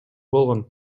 болгон